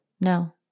No